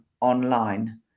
online